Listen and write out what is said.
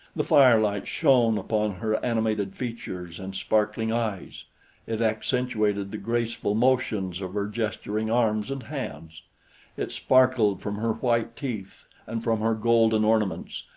the firelight shone upon her animated features and sparkling eyes it accentuated the graceful motions of her gesturing arms and hands it sparkled from her white teeth and from her golden ornaments,